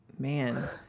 Man